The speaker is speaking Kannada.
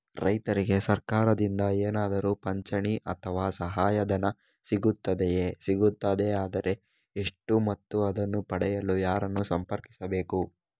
ರೈತರಿಗೆ ಸರಕಾರದಿಂದ ಏನಾದರೂ ಪಿಂಚಣಿ ಅಥವಾ ಸಹಾಯಧನ ಸಿಗುತ್ತದೆಯೇ, ಸಿಗುತ್ತದೆಯಾದರೆ ಎಷ್ಟು ಮತ್ತು ಅದನ್ನು ಪಡೆಯಲು ಯಾರನ್ನು ಸಂಪರ್ಕಿಸಬೇಕು?